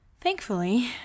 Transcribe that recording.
Thankfully